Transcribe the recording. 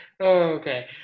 Okay